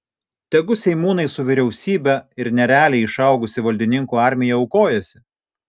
tegu seimūnai su vyriausybe ir nerealiai išaugusi valdininkų armija aukojasi